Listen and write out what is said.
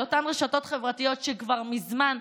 על אותן רשתות חברתיות שכבר מזמן,